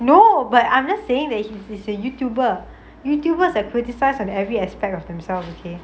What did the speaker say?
no but I'm just saying that he is a youtuber youtuber's are criticised on every aspect of themselves okay